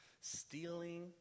stealing